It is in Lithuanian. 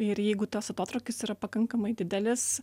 ir jeigu tas atotrūkis yra pakankamai didelis